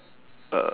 uh